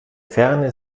ferne